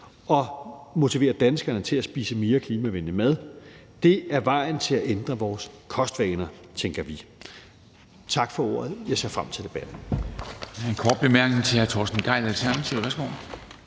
og motivere danskerne til at spise mere klimavenlig mad. Det er vejen til at ændre vores kostvaner, tænker vi. Tak for ordet. Jeg ser frem til debatten.